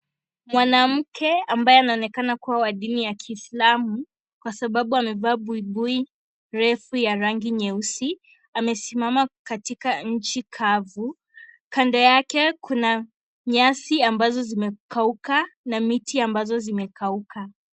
Mwanamke ambaye anaonekana kuwa wa dini ya kiislamu kwa sababu amevaa buibui mrefu ya rangi nyeusi amesimama katika nchi kavu. Kando yake kuna nyasi ambazo zimekauka na miti ambazo zimekauka.